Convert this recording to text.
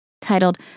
titled